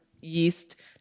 yeast